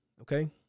okay